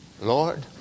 Lord